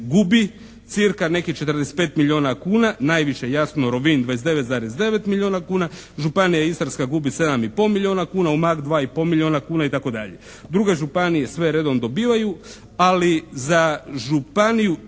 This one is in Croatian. gubi cca. nekih 45 milijuna kuna, najviše jasno Rovinj 29,9 milijuna kuna, Županija istarska gubi 7 i pol milijuna kuna, Umag 2 i pol milijuna kuna itd. Druge županije sve redom dobivaju ali za Županiju